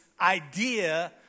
idea